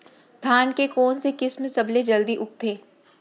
धान के कोन से किसम सबसे जलदी उगथे?